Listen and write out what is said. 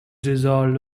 dissolved